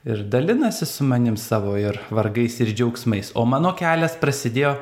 ir dalinasi su manim savo ir vargais ir džiaugsmais o mano kelias prasidėjo